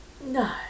No